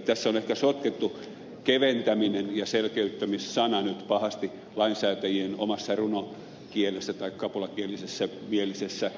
tässä on ehkä sotkettu sanat keventäminen ja selkeyttäminen nyt pahasti lain säätäjien omassa runokielessä tai kapulakielisessä mielisessä